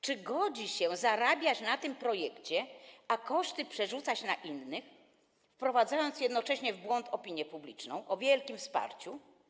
Czy godzi się zarabiać na tym projekcie, a koszty przerzucać na innych, wprowadzając jednocześnie w błąd opinię publiczną, mówiąc o wielkim wsparciu?